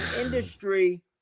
industry